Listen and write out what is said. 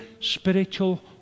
spiritual